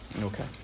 Okay